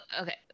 okay